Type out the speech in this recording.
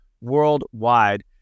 worldwide